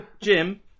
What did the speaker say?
Jim